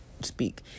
speak